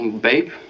Babe